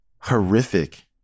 horrific